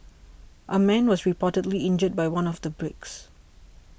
a man was reportedly injured by one of the bricks